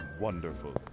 Wonderful